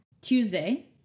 tuesday